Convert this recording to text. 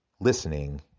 listening